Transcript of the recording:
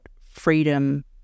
freedom